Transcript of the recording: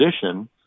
position